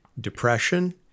depression